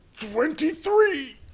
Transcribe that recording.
Twenty-three